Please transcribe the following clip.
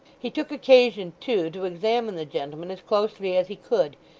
he took occasion, too, to examine the gentleman as closely as he could,